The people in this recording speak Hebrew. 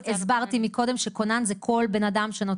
הסברתי מקודם שכונן זה כל בן אדם שנותן מענה חירום.